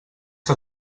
que